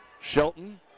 Shelton